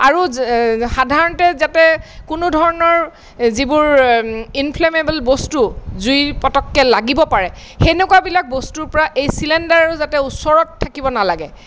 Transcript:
আৰু সাধাৰণতে যাতে কোনো ধৰণৰ যিবোৰ ইনফ্লেমেবল বস্তু জুই পতককৈ লাগিব পাৰে সেনেকুৱাবিলাক বস্তুৰ পৰা এই চিলিণ্ডাৰটো যাতে ওচৰত থাকিব নালাগে